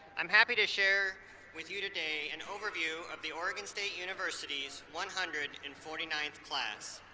am happy to share with you today an overview of the oregon state university's one hundred and forty ninth class.